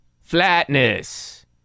Flatness